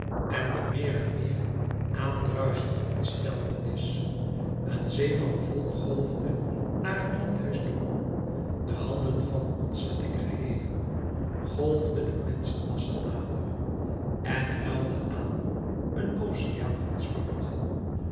en de meer en meer aan druischende ontsteltenis een zee van volk golfde naar het landhuis toe de handen van ontzetting geheven golfde de menschenmassa nader en huilde aan een oceaan van smart